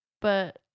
But-